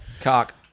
Cock